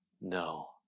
No